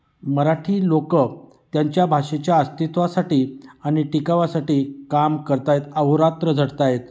मराठी लोक त्यांच्या भाषेच्या अस्तित्वासाठी आणि टिकवायसाठी काम करत आहेत अहोरात्र झटत आहेत